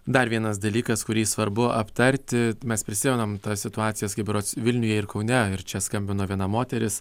dar vienas dalykas kurį svarbu aptarti mes prisimenam tas situacijas kai berods vilniuje ir kaune ir čia skambino viena moteris